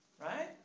right